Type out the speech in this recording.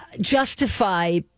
justify